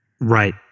right